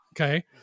Okay